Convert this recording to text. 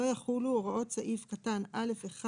לא יחולו הוראות סעיף קטן (א)(1),